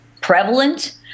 prevalent